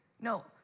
No